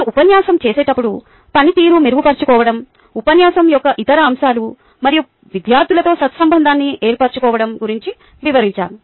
మీరు ఉపన్యాసం చేసేటప్పుడు పనితీరు మెరుగుపరుచుకోవడం ఉపన్యాసం యొక్క ఇతర అంశాలు మరియు విద్యార్థులతో సత్సంబంధాన్ని ఏర్పర్చుకోవడం గురించి వివరించాను